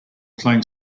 playing